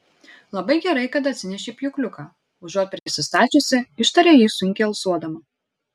labai gerai kad atsinešei pjūkliuką užuot prisistačiusi ištarė ji sunkiai alsuodama